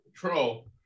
control